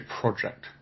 project